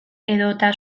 edota